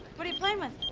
what're you playing with?